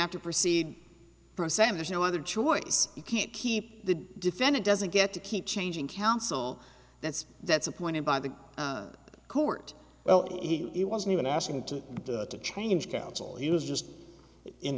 have to proceed from same there's no other choice you can't keep the defendant doesn't get to keep changing counsel that's that's appointed by the court well he wasn't even asking to change counsel he was just in